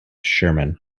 sherman